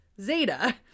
Zeta